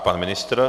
Pan ministr.